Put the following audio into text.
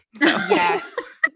Yes